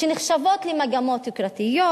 שנחשבים למגמות יוקרתיות,